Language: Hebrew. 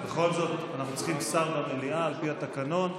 בכל זאת אנחנו צריכים שר במליאה על פי התקנון,